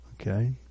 okay